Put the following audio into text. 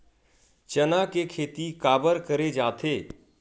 चना के खेती काबर करे जाथे?